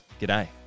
g'day